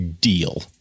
deal